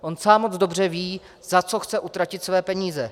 On sám moc dobře ví, za co chce utratit své peníze.